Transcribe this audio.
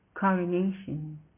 coronation